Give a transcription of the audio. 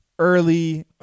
Early